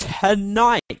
tonight